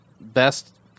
best